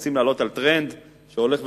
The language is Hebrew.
רוצים לעלות על טרנד שהולך ותופס.